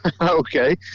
okay